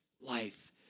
life